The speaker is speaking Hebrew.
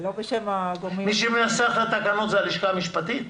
מי שמנסח את התקנות, זאת הלשכה המשפטית?